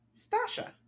Stasha